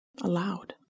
allowed